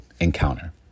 encounter